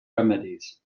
remedies